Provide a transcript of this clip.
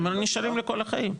הם היו נשארים לכל החיים.